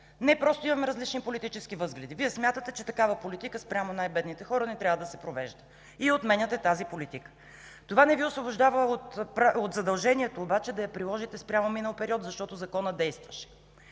Не, просто имаме различни политически възгледи. Вие смятате, че такава политика спрямо най-бедните хора не трябва да се провежда и я отменяте. Това обаче не Ви освобождава от задължението да я приложите спрямо минал период, защото законът е действащ.